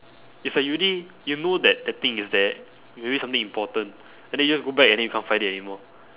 it's like you already you know that that thing is there maybe something important and then you just go back and then you can't find it anymore